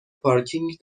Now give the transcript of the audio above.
پارکینگ